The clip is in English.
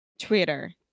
Twitter